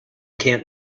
can’t